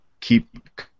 keep